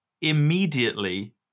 immediately